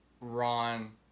Ron